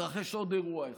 מתרחש עוד אירוע אחד.